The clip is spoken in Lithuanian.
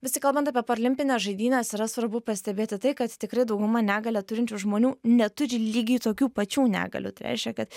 vis tik kalbant apie paralimpines žaidynes yra svarbu pastebėti tai kad tikrai dauguma negalią turinčių žmonių neturi lygiai tokių pačių negalių tai reiškia kad